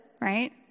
Right